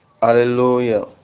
Hallelujah